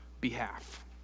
behalf